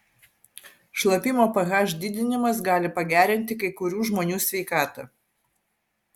šlapimo ph didinimas gali pagerinti kai kurių žmonių sveikatą